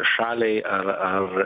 šaliai ar ar